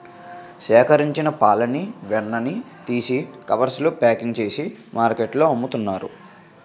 సేకరించిన పాలని వెన్న తీసి కవర్స్ లో ప్యాకింగ్ చేసి మార్కెట్లో అమ్ముతున్నారు